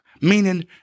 meaning